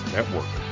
Network